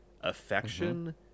affection